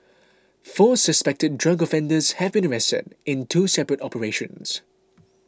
four suspected drug offenders have been arrested in two separate operations